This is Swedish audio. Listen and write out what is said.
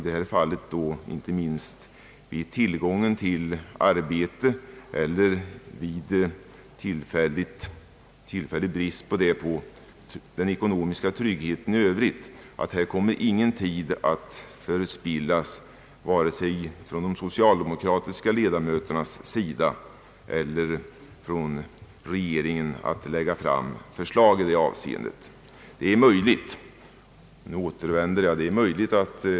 Det gäller inte minst tillgången till arbete och den ekonomiska tryggheten i övrigt vid tillfällig brist på arbete. Här kommer ingen tid att förspillas, vare sig av de socialdemokratiska ledamöterna i utredningen eller från regeringen i arbetet på att lägga fram ett förslag.